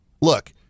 Look